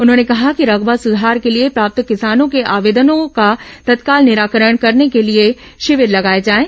उन्होंने कहा कि रकबा सुधार के लिए प्राप्त किसानों के आवेदनों का तत्काल निराकरण करने के लिए शिविर लगाए जाएं